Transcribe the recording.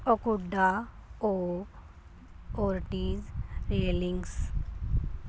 ਅਕੋਡਾ ਓ Ortiz railings